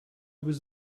was